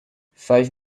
five